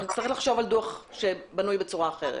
אנחנו נצטרך לחשוב על דוח שבנוי בצורה אחרת.